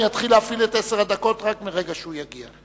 אני אתחיל להפעיל את עשר הדקות רק מרגע שהוא יגיע.